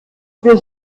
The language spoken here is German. wir